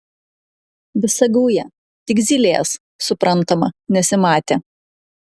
visa gauja tik zylės suprantama nesimatė